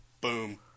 Boom